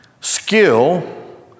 skill